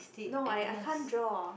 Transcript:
no I I can't draw